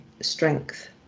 strength